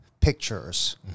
pictures